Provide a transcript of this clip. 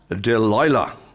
Delilah